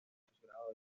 postgrado